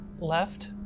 left